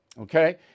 Okay